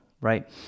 right